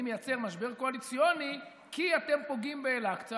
אני מייצר משבר קואליציוני כי אתם פוגעים באל-אקצה.